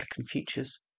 Futures